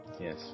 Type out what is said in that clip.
Yes